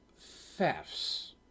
thefts